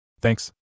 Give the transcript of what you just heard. Thanks